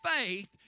faith